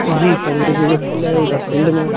जी sir वो दोगो field है उधर फिल्ड में